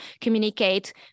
communicate